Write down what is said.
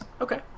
Okay